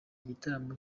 igitaramo